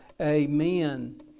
amen